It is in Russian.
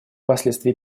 последствий